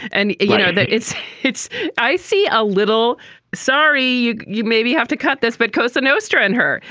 and you know it's it's i see a little sorry. you you maybe you have to cut this. but cosa nostra and her.